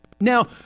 Now